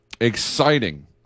exciting